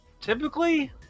Typically